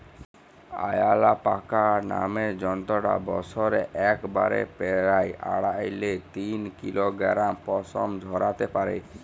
অয়ালাপাকা নামের জন্তুটা বসরে একবারে পেরায় আঢ়াই লে তিন কিলগরাম পসম ঝরাত্যে পারে